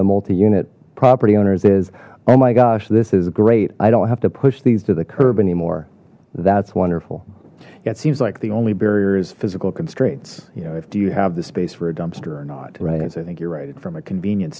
the multi unit property owners is oh my gosh this is great i don't have to push these to the curve anymore that's wonderful it seems like the only barrier is physical constraints you know if do you have the space for a dumpster or not right as i think you're right it from a convenience